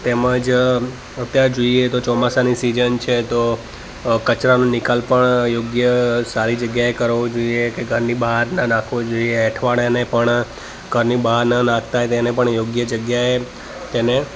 તેમજ ત્યાં જોઈએ તો ચોમાસાની સિઝન છે તો કચરાનો નિકાલ પણ યોગ્ય સારી જગ્યાએ કરવો જોઈએ કે ઘરની બહાર ના નાખવો જોઈએ એંઠવાડને પણ ઘરની બહાર ન નાખતા તેને પણ યોગ્ય જગ્યાએ તેને